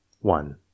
One